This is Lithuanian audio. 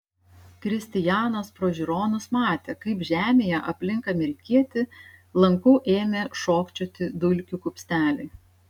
kristijanas pro žiūronus matė kaip žemėje aplink amerikietį lanku ėmė šokčioti dulkių kupsteliai